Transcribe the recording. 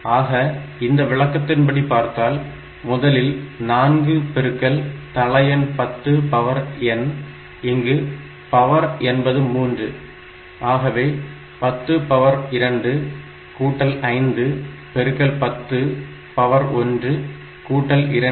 ஆக இந்த விளக்கத்தின்படி பார்த்தால் முதலில் 4 பெருக்கல் தள எண் 10 பவர் n இங்கு பவர் என்பது 3 ஆகவே 10 பவர் 2 கூட்டல் 5 பெருக்கல் 10 பவர் 1 கூட்டல் 2